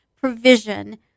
provision